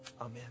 Amen